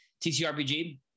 tcrpg